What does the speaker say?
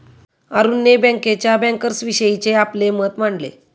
अरुणने बँकेच्या बँकर्सविषयीचे आपले मत मांडले